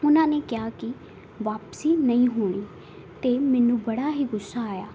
ਉਨ੍ਹਾਂ ਨੇ ਕਿਹਾ ਕਿ ਵਾਪਸੀ ਨਹੀਂ ਹੋਣੀ ਤਾਂ ਮੈਨੂੰ ਬੜਾ ਹੀ ਗੁੱਸਾ ਆਇਆ